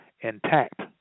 intact